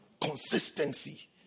consistency